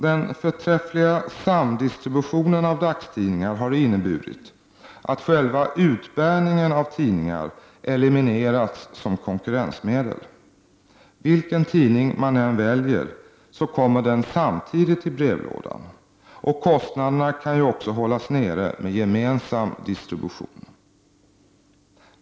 Den förträffliga samdistributionen av dagstidningar har inneburit att själva utbärningen av tidningar eliminerats som konkurrensmedel. Vilken tidning man än väljer, kommer den i brevlådan samtidigt som de andra, och kostnaderna kan också hållas nere med gemensam distribution.